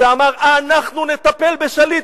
שאמר: אנחנו נטפל בשליט.